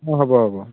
অঁ হ'ব হ'ব